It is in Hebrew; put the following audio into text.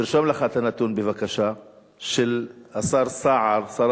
תרשום לך בבקשה את הנתון של השר סער, שר